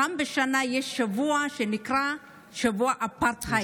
פעם בשנה יש שבוע שנקרא "שבוע האפרטהייד",